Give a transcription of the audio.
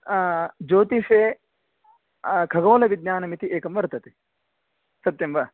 ज्योतिषे खगोलविज्ञानम् इति एकं वर्तते सत्यं वा